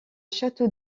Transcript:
château